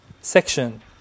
section